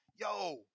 yo